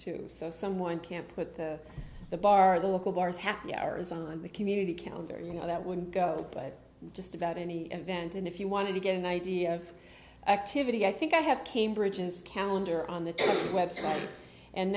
to so someone can put the the bar the local bars happy hours on the community counter you know that when you go but just about any event and if you want to get an idea of activity i think i have cambridge's counter on the website and